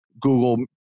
Google